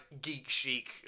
geek-chic